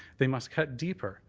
they must cut deeper.